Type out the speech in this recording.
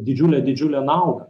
ir didžiulę didžiulę naudą